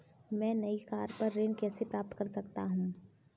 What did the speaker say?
मैं नई कार पर ऋण कैसे प्राप्त कर सकता हूँ?